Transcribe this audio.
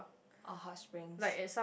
oh hot springs